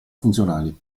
funzionali